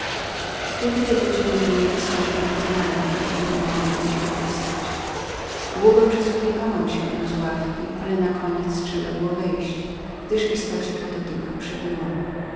śpiewy te budziły we mnie roskoszne myśli o jakich dotąd nie miałam wyobrażenia długo przysłuchiwałam się im z ławki ale nakoniec trzeba było wejść gdyż w istocie po to tylko przybyłam